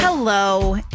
Hello